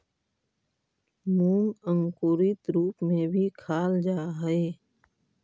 मूंग अंकुरित रूप में भी खाल जा हइ